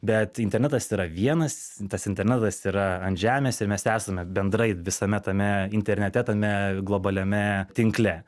bet internetas yra vienas tas internetas yra ant žemės ir mes esame bendrai visame tame internete tame globaliame tinkle